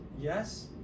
yes